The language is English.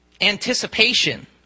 anticipation